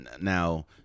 now